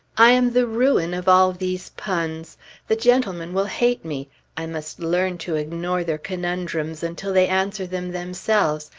i am the ruin of all these puns the gentlemen will hate me i must learn to ignore their conundrums until they answer them themselves,